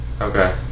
Okay